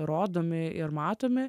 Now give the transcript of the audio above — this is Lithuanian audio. rodomi ir matomi